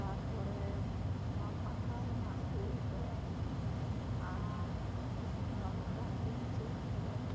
ᱛᱟᱨᱯᱚᱨᱮ ᱱᱚᱣᱟ ᱯᱟᱲᱦᱟᱣ ᱨᱮᱱᱟᱜ ᱵᱚᱭ ᱠᱚ ᱟᱨ ᱱᱚᱣᱟ ᱢᱟᱨᱟᱜ ᱯᱤᱱᱡᱟᱹᱨ ᱠᱚ